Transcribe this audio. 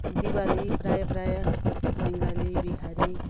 दिवाली प्रायः प्रायः बङ्गाली बिहारी